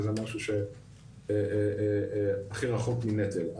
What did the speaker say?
וזה משהו שהכי רחוק מנטל.